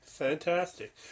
Fantastic